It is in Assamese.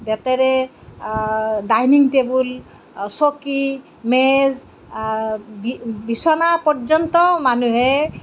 বেঁতেৰে ডাইনিং টেবুল চকী মেজ বিচনা পৰ্যন্ত মানুহে